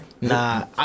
Nah